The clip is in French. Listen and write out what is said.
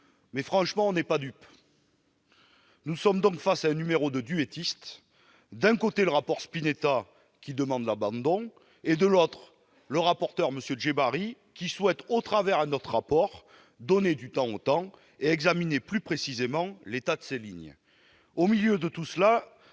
leur abandon. Ne soyons pas dupes ! Nous sommes face à un numéro de duettistes : d'un côté le rapport Spinetta qui demande l'abandon ; de l'autre le rapporteur M. Djebbari qui souhaite, au travers d'un autre rapport, donner du temps au temps et examiner plus précisément l'état de ces lignes. Au milieu de tout cela,